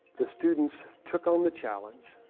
the students took on the challenge,